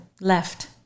left